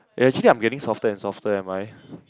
eh actually I'm getting softer and softer am I